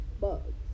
bugs